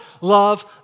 love